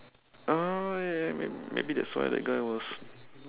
uh ya ya ya may~ maybe that's why that guy was